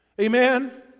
Amen